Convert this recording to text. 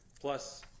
plus